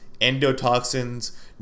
endotoxins